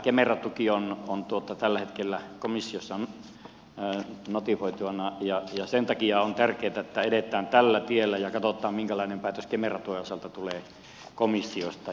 kemera tuki on tällä hetkellä komissiossa notifioitavana ja sen takia on tärkeätä että edetään tällä tiellä ja katsotaan minkälainen päätös kemera tuen osalta tulee komissiosta